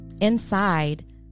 Inside